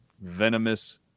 venomous